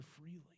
freely